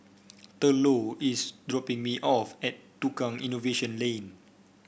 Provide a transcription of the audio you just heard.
Thurlow is dropping me off at Tukang Innovation Lane